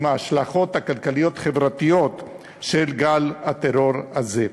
ההשלכות הכלכליות-חברתיות של גל הטרור הזה.